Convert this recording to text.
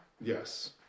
Yes